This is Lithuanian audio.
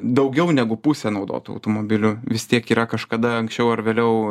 daugiau negu pusė naudotų automobilių vis tiek yra kažkada anksčiau ar vėliau